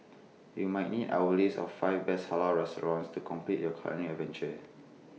you might need our list of five best Halal restaurants to complete your culinary adventure